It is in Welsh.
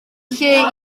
lle